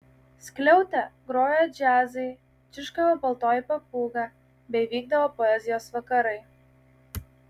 skliaute grojo džiazai čirškavo baltoji papūga bei vykdavo poezijos vakarai